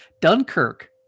Dunkirk